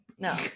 No